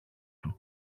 του